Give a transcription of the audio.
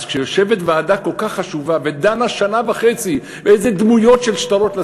אז כשיושבת ועדה כל כך חשובה ודנה שנה וחצי איזה דמויות לשים על שטרות,